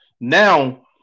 now